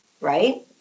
right